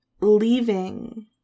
leaving